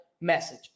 message